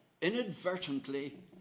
inadvertently